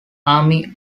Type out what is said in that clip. army